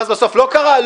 ובסוף לא קרה?